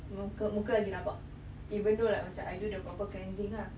muka muka lagi rabak even though like macam I do the proper cleansing ah